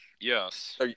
yes